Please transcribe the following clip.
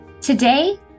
Today